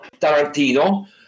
Tarantino